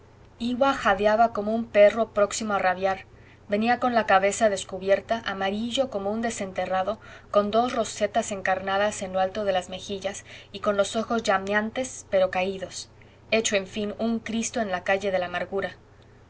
iwa jadeaba como un perro próximo a rabiar venía con la cabeza descubierta amarillo como un desenterrado con dos rosetas encarnadas en lo alto de las mejillas y con los ojos llameantes pero caídos hecho en fin un cristo en la calle de la amargura